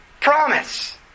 promise